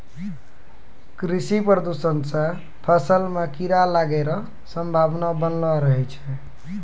कृषि प्रदूषण से फसल मे कीड़ा लागै रो संभावना वनलो रहै छै